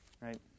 right